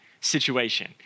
situation